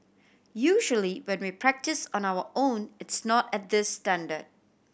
usually when we practise on our own it's not at this standard